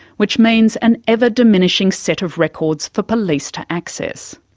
which means an ever-diminishing set of records for police to access.